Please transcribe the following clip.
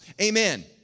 Amen